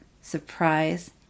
surprise